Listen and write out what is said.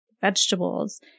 vegetables